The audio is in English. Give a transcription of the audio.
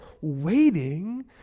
waiting